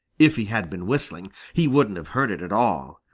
if he had been whistling, he wouldn't have heard it at all.